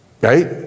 Right